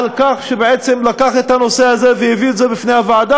על כך שבעצם לקח את הנושא הזה והביא אותו בפני הוועדה,